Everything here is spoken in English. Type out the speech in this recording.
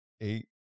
eight